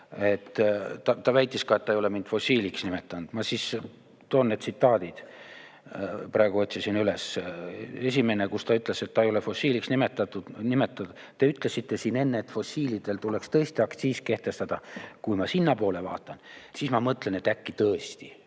Ta väitis ka, et ta ei ole mind fossiiliks nimetanud. Ma siis toon need tsitaadid, praegu otsisin üles. Esimene, kus ta ütles, et ta ei ole mind fossiiliks nimetanud: "Te ütlesite siin enne, et fossiilidele tuleks aktsiis kehtestada. Kui ma sinnapoole vaatan, siis ma mõtlen, et äkki tõesti."